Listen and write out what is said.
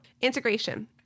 integration